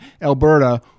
Alberta